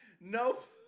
nope